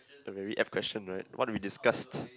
a very F question right what we've discussed